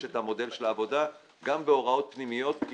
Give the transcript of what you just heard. את המודל של העבודה גם בהוראות פנימיות,